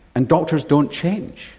and doctors don't change.